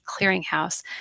clearinghouse